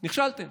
נכשלתם.